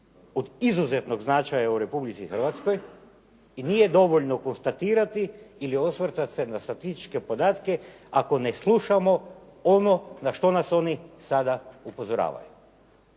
od izuzetnog značaja u Republici Hrvatskoj i nije dovoljno konstatirati ili osvrtati se na statističke podatke ako ne slušamo ono na što nas oni sada upozoravaju.